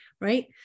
right